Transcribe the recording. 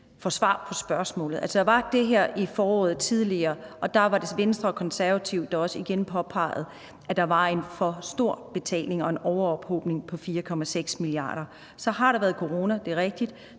får svar på spørgsmålet. Altså, der var det her tidligere i foråret, og der var det Venstre og Konservative, der også igen påpegede, at der var en for stor betaling og en ophobning på 4,6 milliarder. Så har der været corona – det er rigtigt